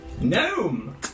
Gnome